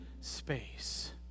space